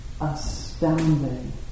astounding